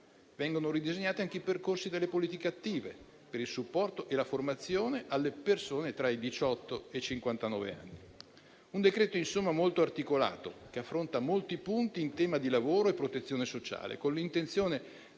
vengono ridisegnati anche i percorsi delle politiche attive, per il supporto e la formazione alle persone tra i diciotto e i cinquantanove anni. È un decreto, insomma, molto articolato che affronta molti punti in tema di lavoro e protezione sociale, con l'intenzione